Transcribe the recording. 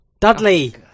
Dudley